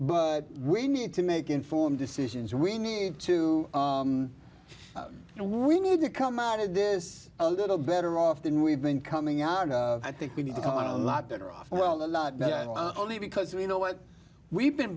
but we need to make informed decisions we need to we need to come out of this a little better off than we've been coming out and i think we need to come out a lot better off well the not only because we know what we've been